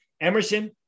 Emerson